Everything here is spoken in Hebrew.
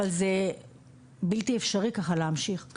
אבל זה בלתי אפשרי להמשיך ככה.